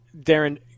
Darren